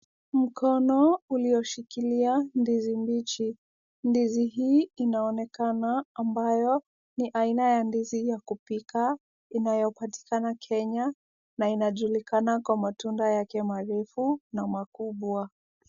Mkono ulioshikilia ndizi mbichi. Ndizi hii inaonekana ambayo ni aina ya ndizi ya kupika inayopatikana Kenya na inajulikana kwa matunda yake marefu na makubwa.